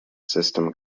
system